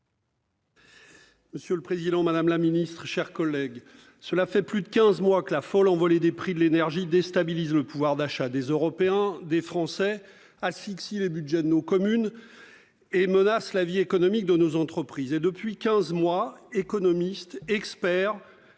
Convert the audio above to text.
Monsieur le président, madame la ministre, mes chers collègues, voilà plus de quinze mois que la folle envolée des prix de l'énergie déstabilise le pouvoir d'achat des Européens et des Français, asphyxie les budgets de nos communes et menace la vie économique de nos entreprises. Et depuis quinze mois, économistes, experts